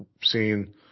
seen